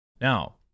Now